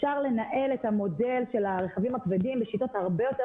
אפשר לנהל את המודל של הרכבים הכבדים בשיטות הרבה יותר